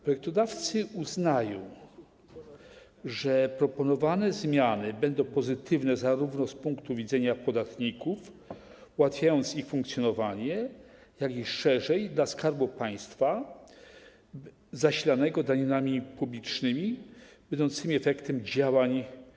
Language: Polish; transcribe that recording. Projektodawcy uznają, że proponowane zmiany będą pozytywne zarówno z punktu widzenia podatników, ułatwiając ich funkcjonowanie, jak i szerzej, dla Skarbu Państwa zasilanego daninami publicznymi będącymi efektem działań przedsiębiorstw.